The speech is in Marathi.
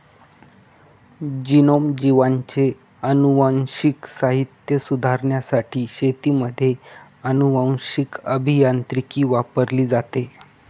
जीनोम, जीवांचे अनुवांशिक साहित्य सुधारण्यासाठी शेतीमध्ये अनुवांशीक अभियांत्रिकी वापरली जाते